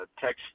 text